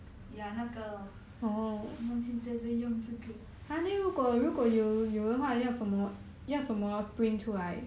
ya 那个 lor 他们现在在用这个